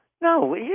No